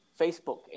Facebook